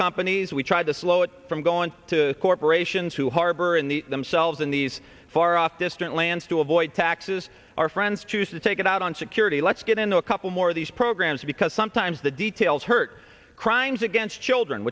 companies we tried to slow it from going to corporations who harbor in the themselves in these far off distant lands to avoid taxes our friends choose to take it out on security let's get into a couple more of these programs because sometimes the details hurt crimes against children